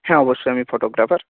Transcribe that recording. হ্যাঁ অবশ্যই আমি ফটোগ্রাফার